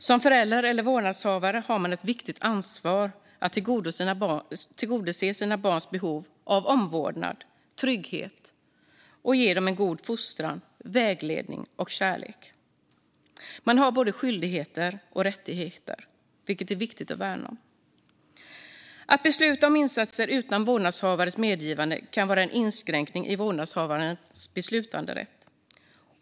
Som förälder eller vårdnadshavare har man ett viktigt ansvar att tillgodose sina barns behov av omvårdnad och trygghet och ge dem en god fostran, vägledning och kärlek. Man har både skyldigheter och rättigheter, vilket är viktigt att värna om. Att besluta om insatser utan vårdnadshavarens medgivande kan vara en inskränkning i vårdnadshavarens beslutanderätt.